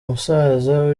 musaza